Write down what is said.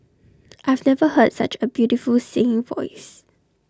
I've never heard such A beautiful singing voice